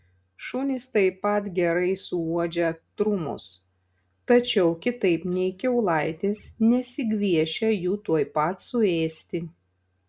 šunys taip pat gerai suuodžia trumus tačiau kitaip nei kiaulaitės nesigviešia jų tuoj pat suėsti